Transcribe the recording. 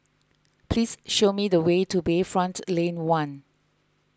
please show me the way to Bayfront Lane one